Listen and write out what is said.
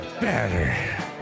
better